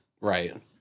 Right